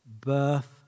birth